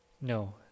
no